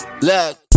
Look